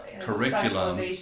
curriculum